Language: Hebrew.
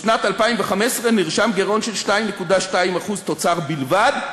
בשנת 2015 נרשם גירעון של 2.2% תוצר בלבד,